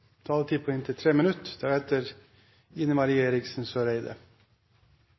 taletid på inntil 30 minutt.